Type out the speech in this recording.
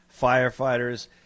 firefighters